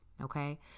Okay